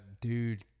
dude